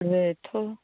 बेथ'